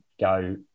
go